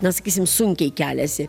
na sakysim sunkiai keliasi